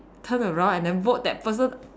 turn around and then vote that person